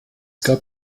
gab